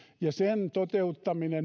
ja sen toteuttaminen